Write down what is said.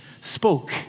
spoke